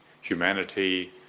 humanity